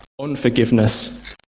unforgiveness